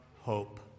hope